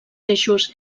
eixos